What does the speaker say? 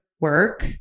work